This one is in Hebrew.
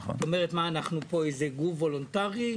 אנחנו פה לא איזה גוף וולונטרי,